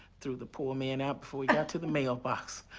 threw the poor man out before he got to the mailbox.